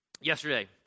Yesterday